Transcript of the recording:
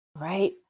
Right